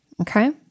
Okay